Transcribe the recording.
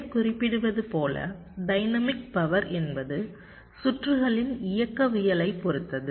பெயர் குறிப்பிடுவது போல டைனமிக் பவர் என்பது சுற்றுகளின் இயக்கவியலைப் பொறுத்தது